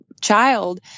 child